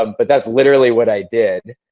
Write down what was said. um but that's literally what i did.